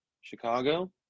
Chicago